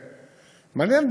מעניין,